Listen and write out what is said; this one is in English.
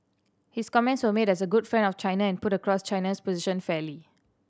his comments were made as a good friend of China and put across China's position fairly